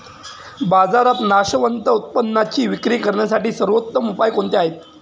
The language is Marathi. बाजारात नाशवंत उत्पादनांची विक्री करण्यासाठी सर्वोत्तम उपाय कोणते आहेत?